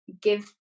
give